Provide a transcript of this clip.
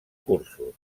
cursos